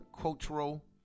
cultural